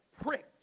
pricked